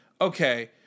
okay